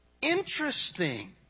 Interesting